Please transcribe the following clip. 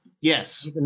yes